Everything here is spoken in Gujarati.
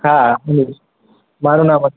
હા મારું નામ જ છે